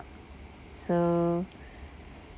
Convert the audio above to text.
so